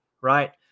right